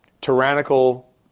tyrannical